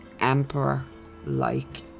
emperor-like